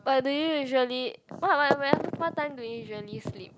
but do you usually what what what time do you usually sleep